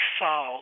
saw